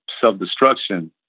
self-destruction